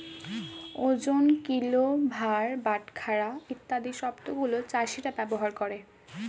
ওজন, কিলো, ভার, বাটখারা ইত্যাদি শব্দ গুলো চাষীরা ব্যবহার করে